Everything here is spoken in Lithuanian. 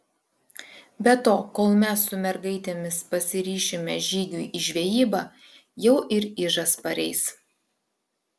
be to kol mes su mergaitėmis pasiryšime žygiui į žvejybą jau ir ižas pareis